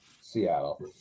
Seattle